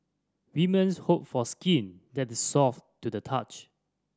women hope for skin that is soft to the touch